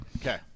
Okay